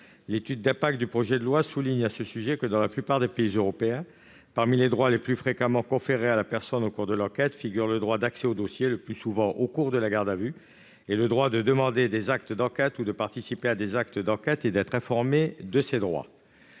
L'étude d'impact du projet de loi souligne, à ce sujet, que, dans la plupart des pays européens, « parmi les droits les plus fréquemment conférés à la personne au cours de l'enquête figurent le droit d'accès au dossier, le plus souvent au cours de la garde à vue, et le droit de demander des actes d'enquête ou de participer à des actes d'enquête et d'être informé de ses droits.